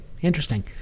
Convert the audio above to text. interesting